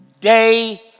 day